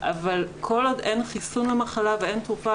אבל כל עוד אין חיסון למחלה ואין תרופה.